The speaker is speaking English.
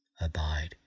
abide